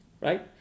Right